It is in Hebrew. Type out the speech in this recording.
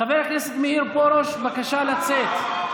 חבר הכנסת מאיר פרוש, בבקשה לצאת.